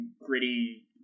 gritty